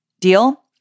Deal